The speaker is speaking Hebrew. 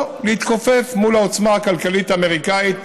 או להתכופף מול העוצמה הכלכלית האמריקנית,